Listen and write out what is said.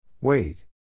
Wait